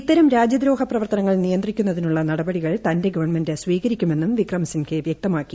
ഇത്തരം രാജ്യദ്രോഹ പ്രവർത്തനങ്ങൾ നിയന്ത്രിക്കുന്നതിനുള്ള നടപടികൾ തന്റെ ഗവൺമെന്റ് സ്വീകരിക്കുമെന്നും വിക്രം സിൻഹേ വ്യക്തമാക്കി